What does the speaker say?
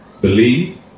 believe